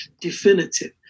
definitive